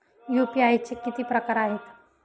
UPI चे किती प्रकार आहेत?